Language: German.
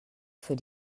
für